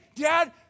dad